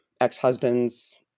ex-husband's